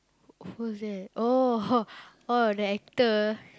who's that oh the actor